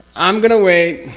i'm going to wait,